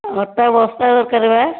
ଅଟା ବସ୍ତା ଦରକାର ବା